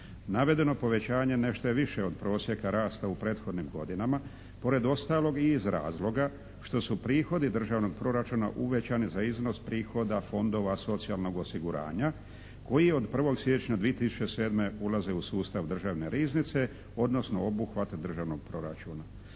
Navedeno povećanje nešto je više od prosjeka rasta u prethodnim godinama pored ostalog i iz razloga što su prihodi državnog proračuna uvećani za iznos prihoda Fondova socijalnog osiguranja koji je od 1. siječnja 2007. ulaze u sustav državne riznice, odnosno obuhvat državnog proračuna.